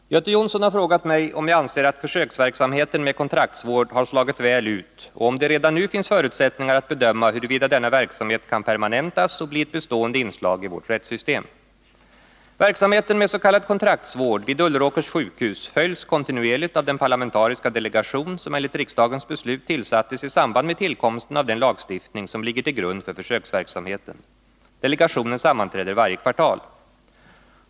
Fru talman! Göte Jonsson har frågat mig om jag anser att försöksverksamheten med kontraktsvård har slagit väl ut och om det redan nu finns förutsättningar att bedöma huruvida denna verksamhet kan permanentas och bli ett bestående inslag i vårt rättssystem. Verksamheten med s.k. kontraktsvård vid Ulleråkers sjukhus följs kontinuerligt av den parlamentariska delegation som enligt riksdagens beslut tillsattes i samband med tillkomsten av den lagstiftning som ligger till grund för försöksverksamheten. Delegationen sammanträder varje kvartal.